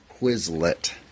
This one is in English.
Quizlet